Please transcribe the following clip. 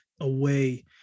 away